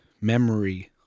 memory